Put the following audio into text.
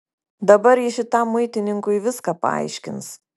dabar ji šitam muitininkui viską paaiškins